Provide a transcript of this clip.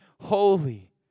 holy